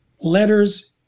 letters